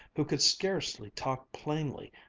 who could scarcely talk plainly,